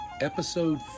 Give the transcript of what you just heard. episode